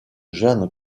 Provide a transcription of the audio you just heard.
jeanne